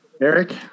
Eric